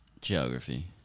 Geography